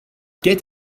get